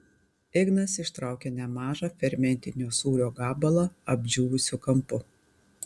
ignas ištraukė nemažą fermentinio sūrio gabalą apdžiūvusiu kampu